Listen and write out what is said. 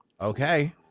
okay